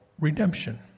redemption